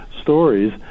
stories